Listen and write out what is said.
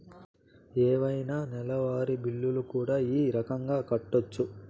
ఏవైనా నెలవారి బిల్లులు కూడా ఈ రకంగా కట్టొచ్చు